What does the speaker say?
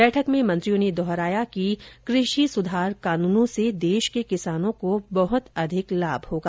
बैठक में मंत्रियों ने दोहराया कि कृषि सुधार कानूनों से देश के किसानों को बहुत अधिक लाभ होगा